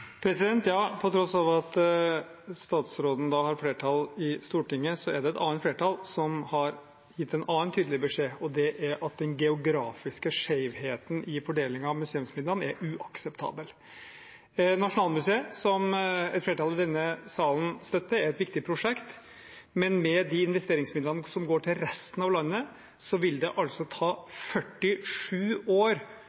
På tross av at statsråden har flertall i Stortinget, er det et annet flertall som har gitt en annen tydelig beskjed, og det er at den geografiske skjevheten i fordelingen av museumsmidlene er uakseptabel. Nasjonalmuseet, som et flertall i denne salen støtter, er et viktig prosjekt, men med de investeringsmidlene som går til resten av landet, vil det ta